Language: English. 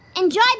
enjoy